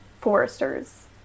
foresters